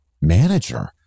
manager